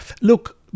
Look